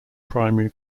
primary